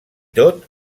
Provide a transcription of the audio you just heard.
tot